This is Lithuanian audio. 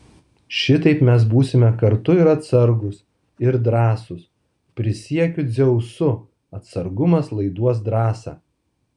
šitaip mes būsime kartu ir atsargūs ir drąsūs prisiekiu dzeusu atsargumas laiduos drąsą